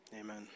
Amen